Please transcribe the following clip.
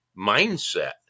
mindset